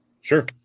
Sure